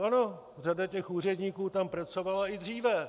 Ano, řada těch úředníků tam pracovala i dříve.